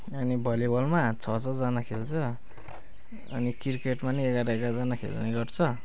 अनि भलिबलमा छ छ जना खेल्छ अनि क्रिकेट पनि एघार एघारजना खेल्ने गर्छ